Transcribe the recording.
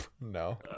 No